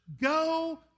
Go